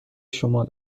شمال